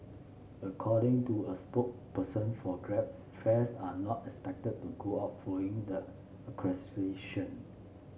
according to a spokesperson for Grab fares are not expected to go up following the acquisition